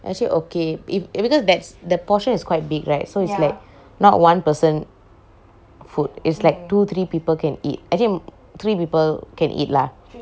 actually okay if because that's the portion is quite big right so it's like not one person food it's like two three people can eat actually three people can eat lah